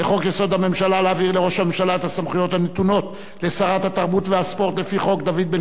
הממשלה על העברת סמכויות משרת התרבות והספורט לראש הממשלה נתקבלה.